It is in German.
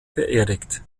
beerdigt